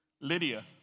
Lydia